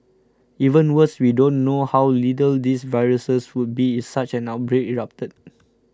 even worse we don't know how lethal these viruses would be if such an outbreak erupted